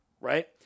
right